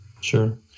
Sure